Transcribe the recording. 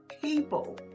people